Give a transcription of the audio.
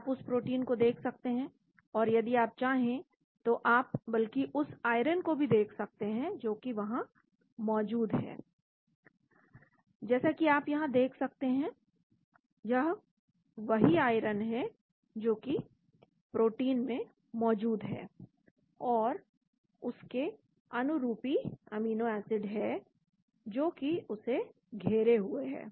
आप उस प्रोटीन को देख सकते हैं और यदि आप चाहें तो आप बल्कि उस आयरन को भी देख सकते हैं जो कि वहां मौजूद है जैसा कि आप यहां देख सकते हैं यह वही आयरन है जो कि प्रोटोन में मौजूद है और उसके अनुरूपी अमीनो एसिड है जो कि उसे घेरे हुए हैं